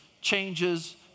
changes